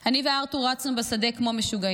אני וארתור רצנו בשדה כמו משוגעים.